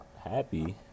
happy